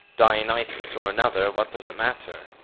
dionysos or another what does it matter?